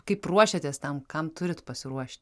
kaip ruošėtės tam kam turite pasiruošti